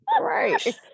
Right